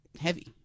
heavy